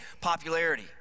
popularity